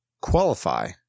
qualify